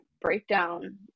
breakdown